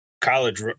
college